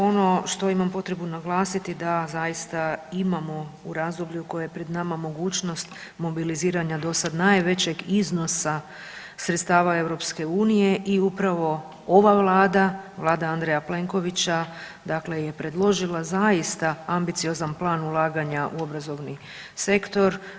Ono što imam potrebu naglasiti da zaista imamo u razdoblju koje je pred nama mogućnost mobiliziranja do sad najvećeg iznosa sredstava EU i upravo ova Vlada, Vlada Andreja Plenkovića je predložila zaista ambiciozan plan ulaganja u obrazovni sektor.